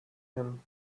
him